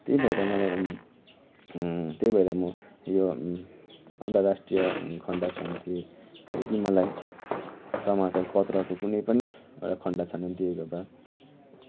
त्यही भएर मलाई त्यही भएर म यो अन्तराष्ट्रीय खन्ड छान्थेँ यदि मलाई समचार पत्रको कुनै पनि एउटा खन्ड छान्नु दिएको भए